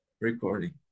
recording